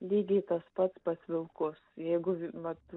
lygiai tas pats pas vilkus jeigu vat